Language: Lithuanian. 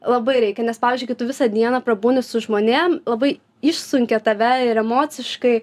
labai reikia nes pavyzdžiui kai tu visą dieną prabūni su žmonėm labai išsunkia tave ir emociškai